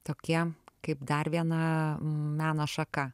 tokie kaip dar viena meno šaka